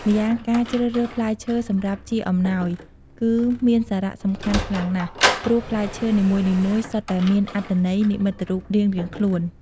ម្យ៉ាងការជ្រើសរើសផ្លែឈើសម្រាប់ជាអំណោយ គឺមានសារៈសំខាន់ខ្លាំងណាស់ ព្រោះផ្លែឈើនីមួយៗសុទ្ធតែមានអត្ថន័យនិមិត្តរូបរៀងៗខ្លួន។